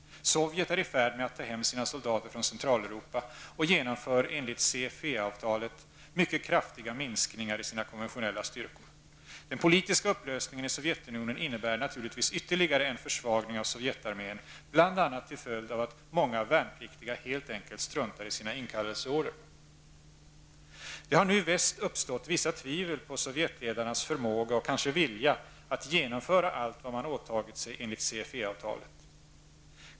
Sovjet är i färd med att ta hem sina soldater från Centraleuropa och genomför enligt CFE-avtalet mycket kraftiga minskningar av sina konventionella styrkor. Den politiska upplösningen i Sovjetunionen innebär naturligtvis ytterligare en försvagning av Sovjetarmen bl.a. till följd av att många värnpliktiga helt enkelt struntar i sina inkallelseorder. Det har nu i väst uppstått vissa tvivel på Sovjetledarnas förmåga -- och kanske vilja -- att genomföra allt vad man åtagit sig enligt CFE avtalet.